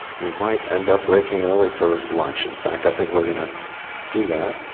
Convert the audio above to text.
we might end up working early for lunch. in fact, i think we are going to do that.